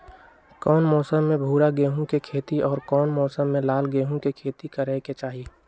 कौन मौसम में भूरा गेहूं के खेती और कौन मौसम मे लाल गेंहू के खेती करे के चाहि?